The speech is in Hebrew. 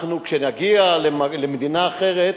אנחנו, כשנגיע למדינה אחרת,